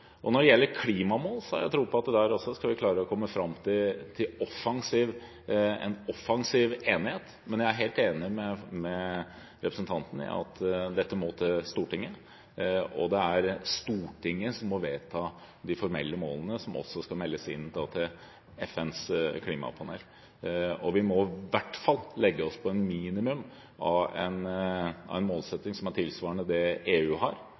gjelder klimamål, har jeg tro på at vi også der skal klare å komme fram til en offensiv enighet. Men jeg er helt enig med representanten i at dette må til Stortinget, og det er Stortinget som må vedta de formelle målene som også skal meldes inn til FNs klimapanel. Og vi må i hvert fall som et minimum legge oss på en målsetting tilsvarende det EU har – etter Venstres mening i tillegg til at vi må ha en offensiv tilnærming til det